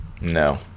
No